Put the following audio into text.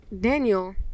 Daniel